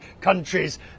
countries